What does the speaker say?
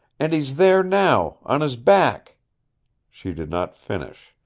and he's there, now, on his back she did not finish.